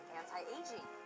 anti-aging